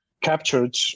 captured